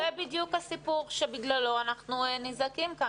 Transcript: זה בדיוק הסיפור שבגללו אנחנו נזעקים כאן.